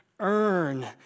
earn